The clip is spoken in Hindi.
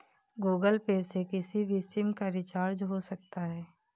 गूगल पे से किसी भी सिम का रिचार्ज हो सकता है